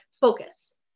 focus